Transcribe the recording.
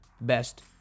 best